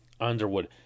Underwood